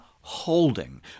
holding